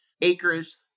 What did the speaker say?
acres